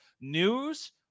news